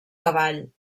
cavall